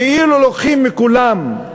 כאילו לוקחים מכולם.